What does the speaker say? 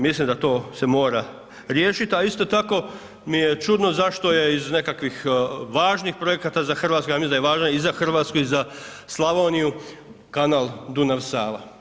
Mislim da to se mora riješit, a isto tako mi je čudno zašto je iz nekakvih važnih projekata za Hrvatsku, ja mislim da je važna i za Hrvatsku, i za Slavoniju kanal Dunav-Sava.